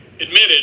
admitted